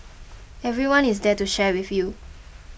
everyone is there to share with you